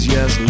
Yes